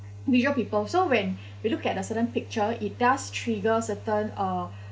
visual people so when we look at the certain picture it does trigger certain uh